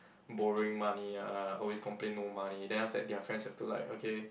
borrowing money ah always complain no money then after that their friends have to like okay